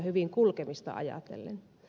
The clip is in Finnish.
hyvin kulkemista ajatellen